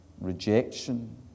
rejection